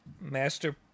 Master